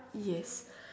yes